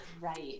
Right